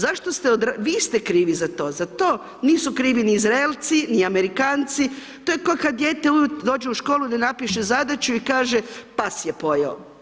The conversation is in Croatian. Zašto ste, vi ste krivi za to, za to nisu krivi ni Izraelci, ni Amerikanci, to je ko kad dijete ujutro dođe u školu, ne napiše zadaću i kaže, pas je pojeo.